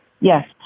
Yes